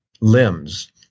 limbs